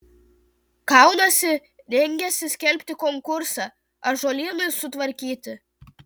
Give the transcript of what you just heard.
kaunasi rengiasi skelbti konkursą ąžuolynui sutvarkyti